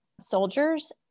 soldiers